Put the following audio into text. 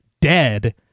dead